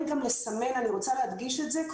כך שאנחנו גם עסוקים לתת למורים כלים לאתר